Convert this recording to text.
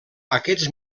aquests